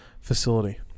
facility